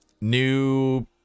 new